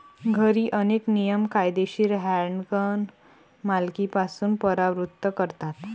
घरी, अनेक नियम कायदेशीर हँडगन मालकीपासून परावृत्त करतात